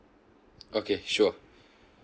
okay sure